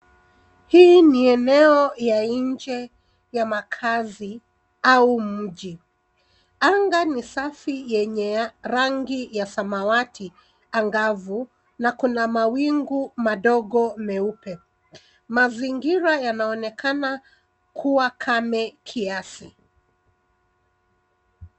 Hili ni eneo ya nje ya makazi au mji. Anga ni safi, yenye ya rangi ya samawati angavu na kuna mawingu madogo meupe. Mazingira yanaonekana kuwa kame kiasi.